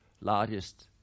largest